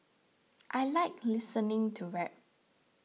I like listening to rap